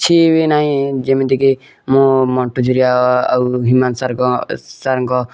କିଛି ବି ନାହିଁ ଯେମିତି କି ମୁଁ ମଣ୍ଟୁ ଝୁରିଆ ଆଉ ହ୍ୟୁମାନ ସାରଙ୍କ ସାରଙ୍କ